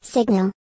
Signal